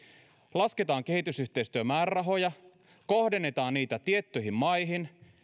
lasketaan kehitysyhteistyön määrärahoja kohdennetaan niitä tiettyihin maihin